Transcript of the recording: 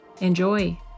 Enjoy